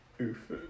Oof